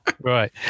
Right